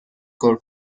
کنم